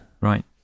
Right